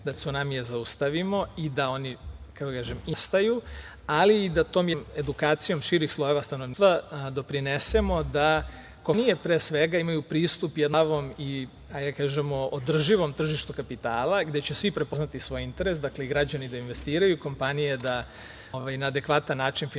da te cunamije zaustavimo, i da oni, kako da kažem, i ne nastaju, ali i da tom jednom edukacijom širih slojeva stanovništva doprinesemo da kompanije, pre svega imaju pristup jednom zdravom, i da kažemo, održivom tržištu kapitala, gde će svi prepoznati svoj interes. Dakle, da građani investiraju, kompanije na adekvatan način finansiraju